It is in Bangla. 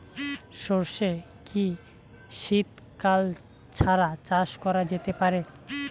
সর্ষে কি শীত কাল ছাড়া চাষ করা যেতে পারে?